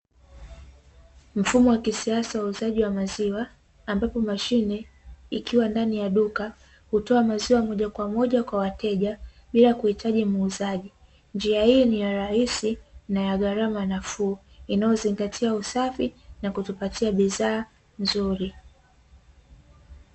Mfumo wa kisasa wa uuzaji wa maziwa, ambapo mashine ikiwa ndani ya duka, hutoa maziwa moja kwa moja kwa wateja bila kuhitaji muuzaji, njia hii ni ya rahisi na ya gharama nafuu inayozingatia usafi na kutupatia bidhaa nzuri.